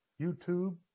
YouTube